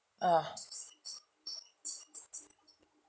ugh